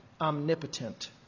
Omnipotent